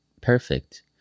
perfect